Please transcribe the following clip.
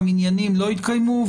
והמניינים לא יתקיימו?